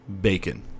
bacon